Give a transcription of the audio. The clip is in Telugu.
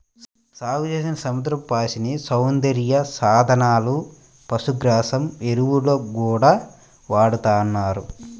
సాగుచేసిన సముద్రపు పాచిని సౌందర్య సాధనాలు, పశుగ్రాసం, ఎరువుల్లో గూడా వాడతన్నారు